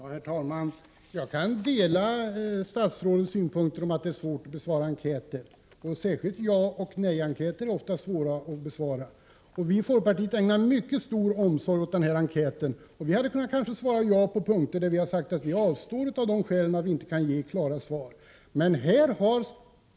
Herr talman! Jag kan dela statsrådets synpunkter om att det är svårt att besvara enkäter, och särskilt jaoch nej-enkäter är ofta svåra att besvara. Vii folkpartiet ägnade mycket stor omsorg åt denna enkät. Vi hade kanske kunnat svara ja på punkter där vi sade att vi avstår av det skälet att vi inte kunde ge klara svar.